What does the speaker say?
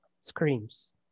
screams